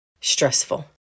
stressful